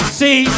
see